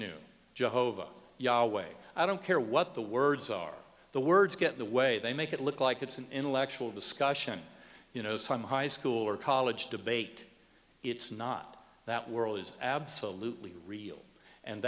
jovo way i don't care what the words are the words get the way they make it look like it's an intellectual discussion you know some high school or college debate it's not that world is absolutely real and